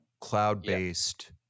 cloud-based